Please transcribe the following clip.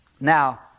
Now